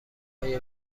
های